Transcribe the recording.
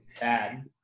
bad